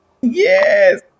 Yes